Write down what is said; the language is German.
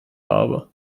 habe